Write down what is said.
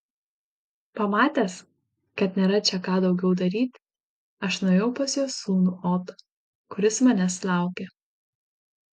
pamatęs kad nėra čia ką daugiau daryti aš nuėjau pas jo sūnų otą kuris manęs laukė